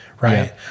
Right